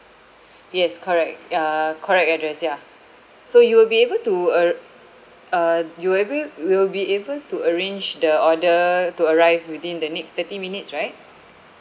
yes correct uh correct address ya so you will be able to arr~ uh you will able will be able to arrange the order to arrive within the next thirty minutes right